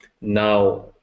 now